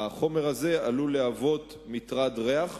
עלול להוות מטרד ריח,